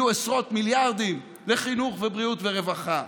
יהיו עשרות מיליארדים לחינוך ובריאות ורווחה,